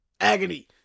agony